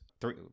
Three